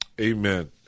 amen